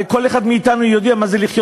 הרי כל אחד מאתנו יודע מה זה לחיות